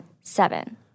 Seven